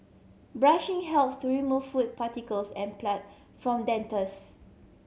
brushing helps to remove food particles and plan from dentures